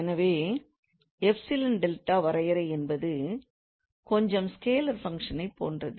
எனவே epsilon delta வரையறை என்பது கொஞ்சம் ஸ்கேலர் ஃபங்க்ஷன்ஐப் போன்றது